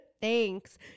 Thanks